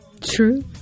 True